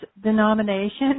denomination